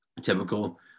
Typical